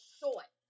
short